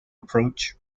approach